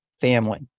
Family